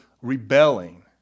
rebelling